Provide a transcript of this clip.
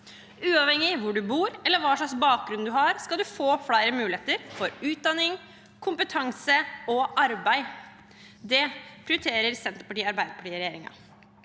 Uavhengig av hvor du bor eller hva slags bakgrunn du har, skal du få flere muligheter til utdanning, kompetanse og arbeid. Det prioriterer Senterparti– Arbeiderparti-regjeringen.